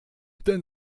ten